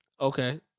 okay